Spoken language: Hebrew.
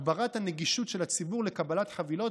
הגברת הנגישות של הציבור לקבלת חבילות